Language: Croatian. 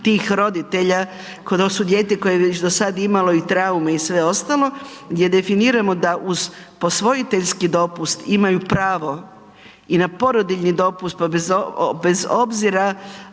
tih roditelja to su dijete koje je do sada već imalo i traume i sve ostalo, gdje definiramo da uz posvojiteljski dopust imaju pravo i na porodiljni dopust pa bez obzira,